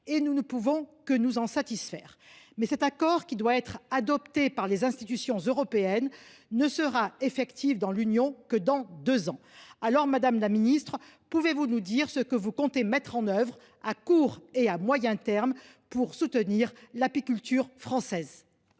dont nous ne pouvons que nous satisfaire. Mais cet accord, qui doit encore être adopté par les institutions européennes, ne sera effectif dans l’Union que dans deux ans. Alors, madame la ministre, pouvez vous nous dire ce que le Gouvernement compte mettre en œuvre à court et à moyen terme pour soutenir l’apiculture française ?